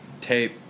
tape